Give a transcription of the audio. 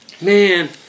Man